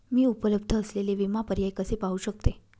मी उपलब्ध असलेले विमा पर्याय कसे पाहू शकते?